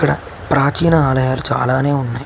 ఇక్కడ ప్రాచీన ఆలయాలు చాలానే ఉన్నాయి